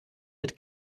mit